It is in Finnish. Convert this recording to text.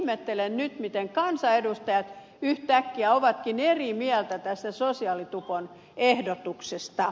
ihmettelen nyt miten kansanedustajat yhtäkkiä ovatkin eri mieltä tästä sosiaalitupon ehdotuksesta